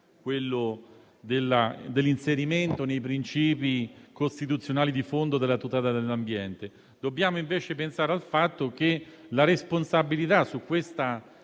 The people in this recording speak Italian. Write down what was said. dell'Italia l'inserimento, nei principi costituzionali di fondo, della tutela dell'ambiente. Dobbiamo invece pensare al fatto che la responsabilità di questo